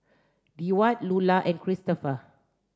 Deward Lulla and Christopher